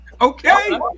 okay